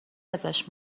ازش